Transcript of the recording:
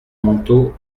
manteau